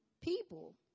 people